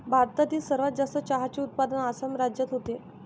भारतातील सर्वात जास्त चहाचे उत्पादन आसाम राज्यात होते